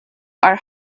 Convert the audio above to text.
are